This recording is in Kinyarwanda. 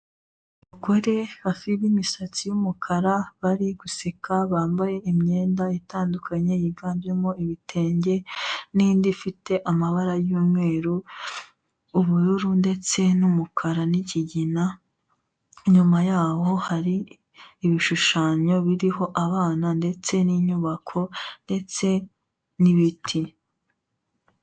Umugore bafite imisatsi y'umukara bari guseka bambaye imyenda itandukanye yiganjemo ibitenge, n'indi afite amabara y'umweru, ubururu, ndetse n'umukara, n'ikigina, inyuma yaho hari ibishushanyo kiriho abana, ndetse n'inyubako ndetse n'ibiti